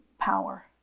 power